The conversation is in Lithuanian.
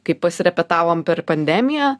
kaip pasirepetavom per pandemiją